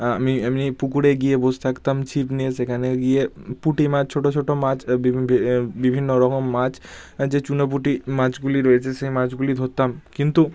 আমি আমি পুকুরে গিয়ে বোস থাকতাম ছিপ নিয়ে সেখানে গিয়ে পুঁটি মাছ ছোটো ছোটো মাছ বিভিন্ন রকম মাছ যে চুনো পুঁটি মাছগুলি রয়েছে সেই মাছগুলি ধরতাম কিন্তু